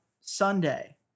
Sunday